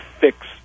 fix